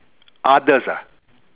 others ah